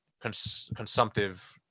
consumptive